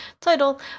title